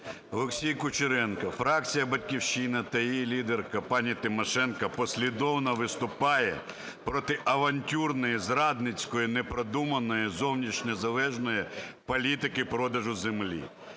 Олексій Кучеренко. Фракція "Батьківщина" та її лідерка пані Тимошенко послідовно виступає проти авантюрної, зрадницької, непродуманої зовнішньої залежної політики продажу землі.